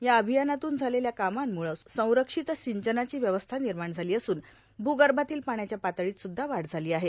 या अभियानातून झालेल्या कामांमुळं संरक्षित सिंचनाची व्यवस्था निर्माण झाली असून भूगर्भातील पाण्याच्या पातळीत सुद्धा वाढ झाली आहे